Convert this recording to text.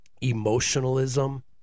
emotionalism